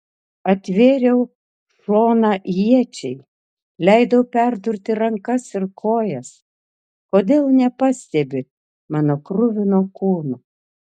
atvėriau šoną iečiai leidau perdurti rankas ir kojas kodėl nepastebi mano kruvino kūno